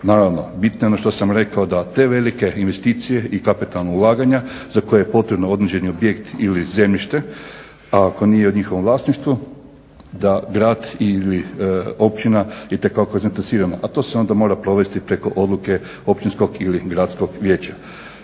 Naravno, bitno je ono što sam rekao da te velike investicije i kapitalna ulaganja za koje je potrebno određeni objekt ili zemljište, a ako nije u njihovom vlasništvu da grad ili općina itekako zainteresirana, a to se onda mora provesti preko odluke Općinskog ili Gradskog vijeća.